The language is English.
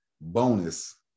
bonus